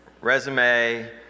resume